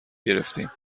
گرفتیم